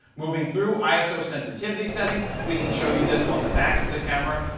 moving through, iso sensitivity settings. we can show you this on the back of the camera.